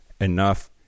enough